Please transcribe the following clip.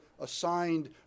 assigned